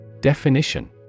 Definition